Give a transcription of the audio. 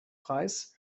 preis